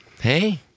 Hey